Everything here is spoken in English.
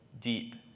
deep